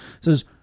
Says